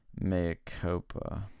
Mayacopa